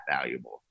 valuable